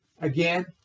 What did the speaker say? Again